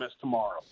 tomorrow